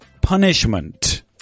punishment